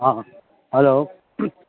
ہاں ہلو